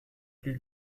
plus